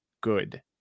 good